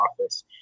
office